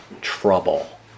trouble